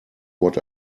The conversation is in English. what